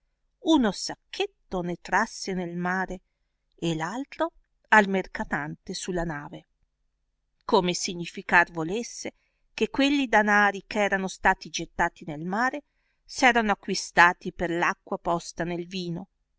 uno sacchetto ne trasse nel mare e r altro al mercatante su la nave come significar volesse che quelli danari eh erano stati gettati nel mare s erano acquistati per l aequa posta nel vino